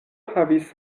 havis